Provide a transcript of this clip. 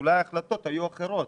אולי ההחלטות היו אחרות.